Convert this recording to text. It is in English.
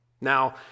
Now